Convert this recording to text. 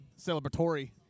celebratory